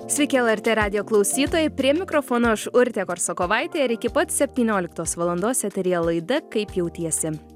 sveiki lrt radijo klausytojai prie mikrofono aš urtė korsakovaitė ir iki pat septynioliktos valandos eteryje laida kaip jautiesi